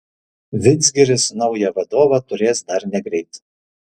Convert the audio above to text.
vidzgiris naują vadovą turės dar negreit